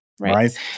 Right